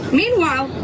meanwhile